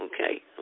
okay